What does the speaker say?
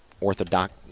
orthodox